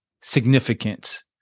significance